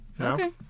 Okay